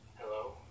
Hello